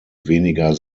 weniger